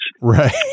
Right